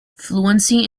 fluency